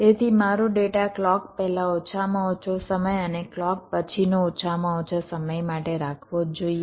તેથી મારો data clock પહેલાં ઓછામાં ઓછો સમય અને ક્લૉક પછીનો ઓછામાં ઓછો સમય માટે રાખવો જ જોઇએ